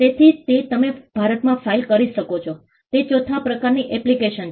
તેથી તે તમે ભારતમાં ફાઇલ કરી શકો છો તે ચોથા પ્રકારની એપ્લિકેશન છે